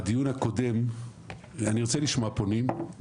אני ארצה לשמוע פונים,